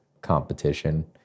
competition